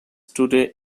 today